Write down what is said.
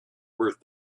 worth